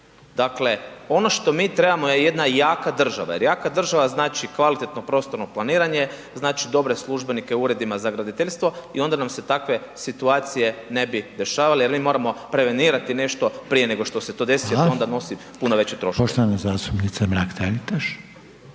Dakle, ono što mi trebamo je jedna jaka država jer jaka država znači kvalitetno prostorno planiranje, znači dobre službenike u uredima za graditeljstvo i onda nam se takve situacije ne bi dešavale jer mi moramo prevenirati nešto prije nego što se to desi jer to onda nosi puno veće troškove.